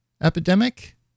epidemic